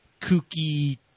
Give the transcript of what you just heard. kooky